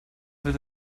wird